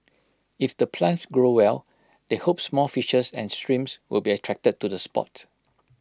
if the plants grow well they hope small fishes and shrimps will be attracted to the spot